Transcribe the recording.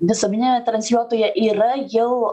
visuomeninio transliuotojo yra jau